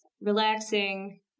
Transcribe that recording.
relaxing